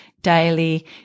daily